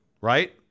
Right